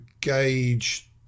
gauge